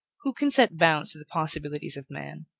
who can set bounds to the possibilities of man?